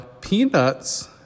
peanuts